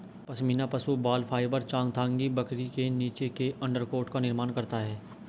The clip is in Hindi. पश्मीना पशु बाल फाइबर चांगथांगी बकरी के नीचे के अंडरकोट का निर्माण करता है